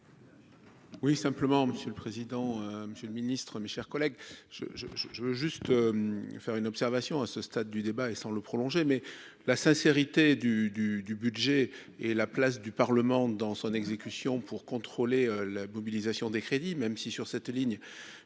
Oui, simplement, monsieur le président, Monsieur le Ministre, mes chers collègues, je, je, je, je veux juste faire une observation à ce stade du débat et sans le prolonger mais la sincérité du du du budget et la place du Parlement, dans son exécution pour contrôler la mobilisation des crédits, même si, sur cette ligne,